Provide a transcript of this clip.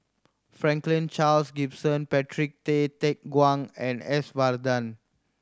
Franklin Charles Gimson Patrick Tay Teck Guan and S Varathan